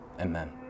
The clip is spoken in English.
amen